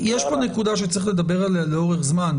יש פה נקודה שצריך לדבר על זה לאורך זמן.